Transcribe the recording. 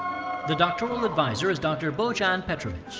the doctoral advisor is dr. bojan ah and petrovic.